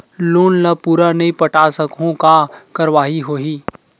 Loan ला पूरा नई पटा सकहुं का कारवाही होही?